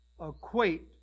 equate